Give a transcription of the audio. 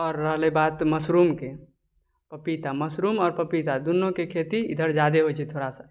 आओर रहलै बात मशरूमके पपीता मशरूम आओर पपीता दुनूके खेती इधर ज्यादे होइ छै थोड़ा सा